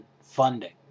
funding